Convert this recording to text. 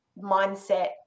mindset